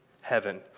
heaven